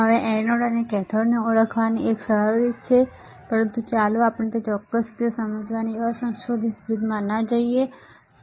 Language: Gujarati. હવે એનોડ અને કેથોડને ઓળખવાની એક સરળ રીત છે પરંતુ ચાલો આપણે તે ચોક્કસ રીતે સમજવાની અસંશોધિત રીતમાં ન જઈએ